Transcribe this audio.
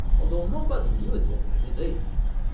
although nobody knew it yet in the mid-eighties,